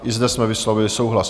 I zde jsme vyslovili souhlas.